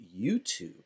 YouTube